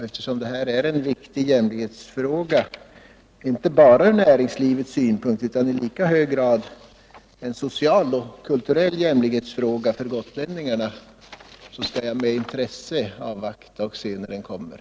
Eftersom det gäller en viktig jämlikhetsfråga inte bara från näringslivets synpunkt utan i lika hög grad socialt och kulturellt för gotlänningarna, skall jag med intresse studera propositionen när den framläggs.